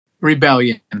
Rebellion